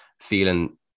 feeling